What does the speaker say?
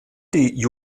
die